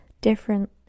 different